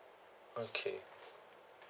okay